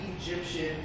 Egyptian